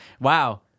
Wow